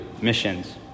missions